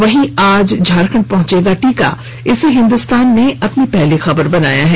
वहीं झारखंड आज पहुंचेगा टीका इसे हिन्दुस्तान ने अपनी पहली खबर बनाया है